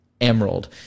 Emerald